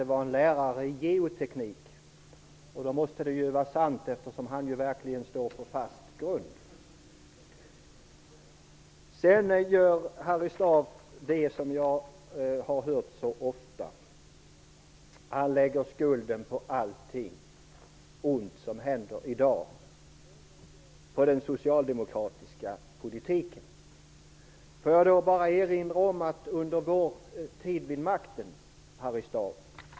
Det var läraren i geoteknik som sade detta, och då måste det vara sant, eftersom han verkligen står på fast grund. Sedan gör Harry Staaf det som jag så ofta har hört andra göra: han lägger skulden för allt ont som händer i dag på den socialdemokratiska politiken. Får jag då bara erinra om vad som hände under vår tid vid makten.